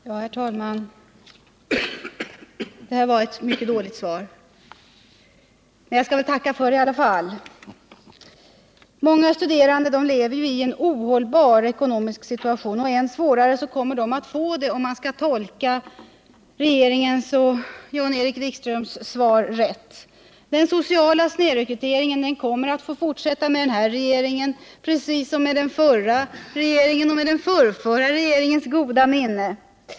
Herr talman! Det här var ett mycket dåligt svar — men jag skall väl tacka för det i alla fall. Många studerande lever nu i en ohållbar ekonomisk situation, och än svårare kommer de att få det, om jag tolkar regeringens och Jan-Erik Wikströms svar rätt. Den sociala snedrekryteringen kommer att få fortsätta med den här regeringens goda minne precis som med den förra regeringens och med den förrförra regeringens goda minne.